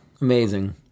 amazing